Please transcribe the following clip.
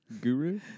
guru